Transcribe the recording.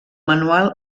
manual